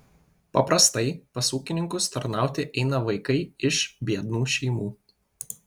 paprastai pas ūkininkus tarnauti eina vaikai iš biednų šeimų